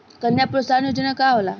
कन्या प्रोत्साहन योजना का होला?